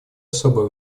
особое